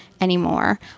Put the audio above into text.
anymore